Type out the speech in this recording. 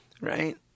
right